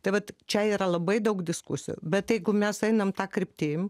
tai vat čia yra labai daug diskusijų bet jeigu mes einam ta kryptim